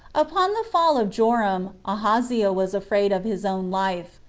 upon the fall of joram, ahaziah was afraid of his own life,